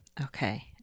Okay